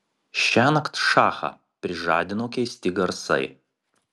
šiąnakt šachą prižadino keisti garsai